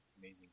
amazing